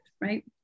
Right